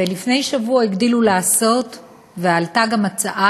ולפני שבוע הגדילו לעשות ועלתה גם הצעה